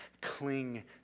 cling